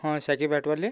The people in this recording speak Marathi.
हं साजीब अॅटोवाले